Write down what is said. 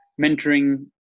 mentoring